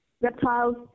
reptiles